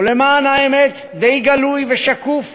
ולמען האמת די גלוי ושקוף.